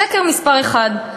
שקר מספר אחת: